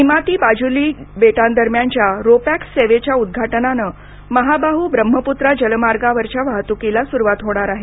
निमाती माजुली बेटांदरम्यानच्या ro pax सेवेच्या उद्घाटनानं महाबाहु ब्रह्मपुत्रा जलमार्गावरच्या वाहतुकीला सुरुवात होणार आहे